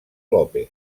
lópez